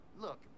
Look